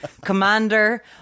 Commander